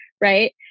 right